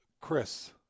Chris